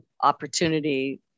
opportunity